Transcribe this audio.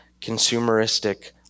consumeristic